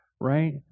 Right